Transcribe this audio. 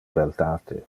beltate